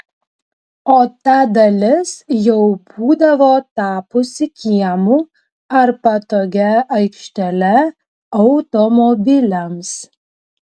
o ta dalis jau būdavo tapusi kiemu ar patogia aikštele automobiliams